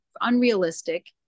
unrealistic